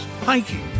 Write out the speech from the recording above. hiking